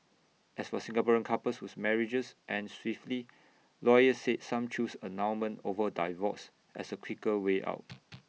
as for Singaporean couples whose marriages end swiftly lawyers said some choose annulment over divorce as A quicker way out